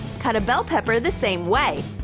cut a bell pepper the same way.